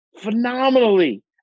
phenomenally